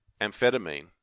amphetamine